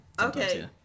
Okay